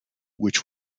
which